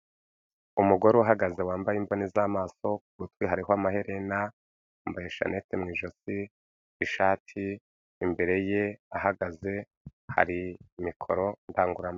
Umugore uhagaze wambaye imboni z'amaso, ku gutwi hariho amaherena, yambaye ishananete mu ijosi, ku ishati imbere ye ahagaze hari mikoro ndangururamajwi.